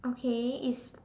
okay it's